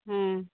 ᱦᱮᱸ